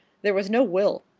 there was no will.